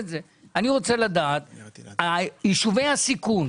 אני רוצה לדעת אם ביישובי הסיכון